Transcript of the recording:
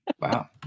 wow